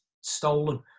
stolen –